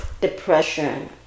Depression